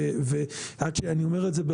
ואני אומר את זה,